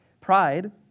Pride